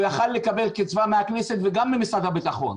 יכול היה לקבל קצבה מהכנסת וגם ממשרד הביטחון.